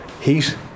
heat